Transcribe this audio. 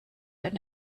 eine